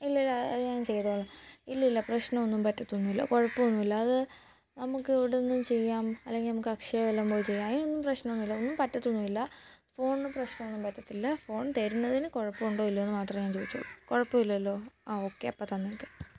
ഇല്ല ഇല്ല അത് അത് ഞാൻ ചെയ്തോളാം ഇല്ല ഇല്ല പ്രശ്നം ഒന്നും പറ്റത്തൊന്നുമില്ല കുഴപ്പം ഒന്നുമില്ല അത് നമുക്ക് ഇവിടുന്ന് ചെയ്യാം അല്ലെങ്കിൽ നമുക്ക് അക്ഷയയിൽ വല്ലതും പോയി ചെയ്യാം അതിനൊന്നും പ്രശ്നം ഒന്നുമില്ല ഒന്നും പറ്റത്തൊന്നുമില്ല ഫോണിന് പ്രശ്നം ഒന്നും പറ്റില്ല ഫോൺ തരുന്നതിന് കുഴപ്പം ഉണ്ടോ ഇല്ലയോ എന്ന് മാത്രമേ ഞാൻ ചോദിച്ചുള്ളൂ കുഴപ്പമില്ലല്ലോ ആ ഓക്കെ അപ്പം തന്നേക്ക്